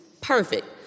Perfect